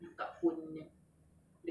kak pon hmm